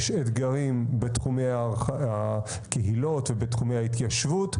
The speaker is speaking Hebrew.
יש אתגרים בתחומי הקהילות ובתחומי ההתיישבות,